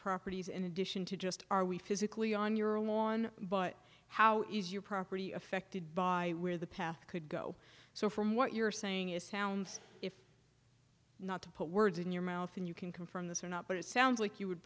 properties in addition to just are we physically on your lawn but how is your property affected by where the path could go so from what you're saying is sounds if not to put words in your mouth and you can come from this or not but it sounds like you would